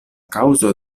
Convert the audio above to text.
kaŭzo